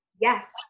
Yes